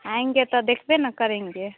आएँगे तो देखबे ना करेंगे